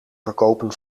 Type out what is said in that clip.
verkopen